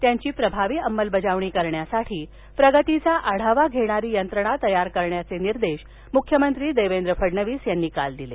त्यांची प्रभावी अंमलबजावणी करण्यासाठी प्रगतीचा आढावा घेणारी यंत्रणा तयार करण्याचे निर्देश मुख्यमंत्री देवेंद्र फडणवीस यांनी काल दिले